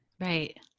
right